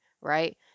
right